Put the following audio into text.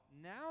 now